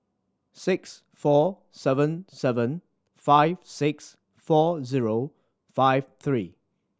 six four seven seven five six four zero five three